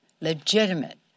legitimate